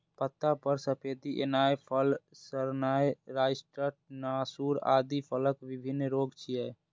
पत्ता पर सफेदी एनाय, फल सड़नाय, साइट्र्स नासूर आदि फलक विभिन्न रोग छियै